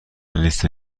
لیست